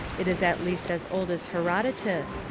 it is at least as old as herodotus,